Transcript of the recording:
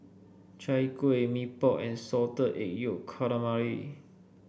Chai Kuih Mee Pok and Salted Egg Yolk Calamari